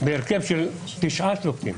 בהרכב של תשעה שופטים.